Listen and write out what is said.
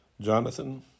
Jonathan